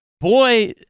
boy